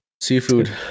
Seafood